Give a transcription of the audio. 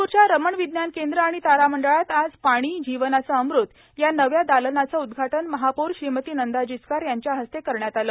नागपूरच्या रमण विज्ञान केंद्र आणि तारामंडळात आज पाणी ः जीवनाचं अमृत या नव्या दालनाचं उद्घाटन महापौर श्रीमती नंदा जिचकार यांच्या हस्ते करण्यात आलं